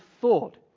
thought